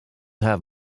have